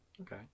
okay